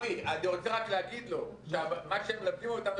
ת הכספים עם בעיות בלקיחת הלוואות מהקרן בערבות מדינה על-ידי הבנקים,